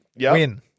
Win